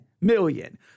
million